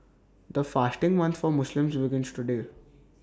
the fasting month for Muslims begins today